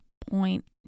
point